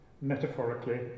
metaphorically